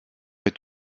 est